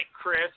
Chris